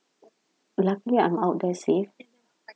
luckily I'm out there seh